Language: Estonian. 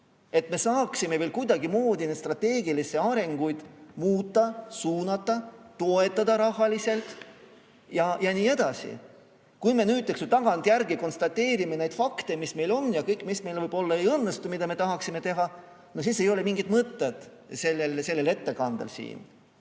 et me saaksime veel kuidagimoodi neid strateegilisi arenguid muuta, suunata, toetada rahaliselt ja nii edasi. Kui me nüüd tagantjärele konstateerime neid fakte, mis meil on ja mis meil võib-olla ei õnnestu, mida me tahaksime teha, siis ei ole sellel ettekandel siin